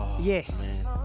Yes